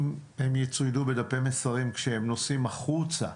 אם הם יצוידו בדפי מסרים כשהם נוסעים החוצה,